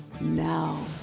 Now